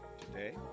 today